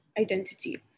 identity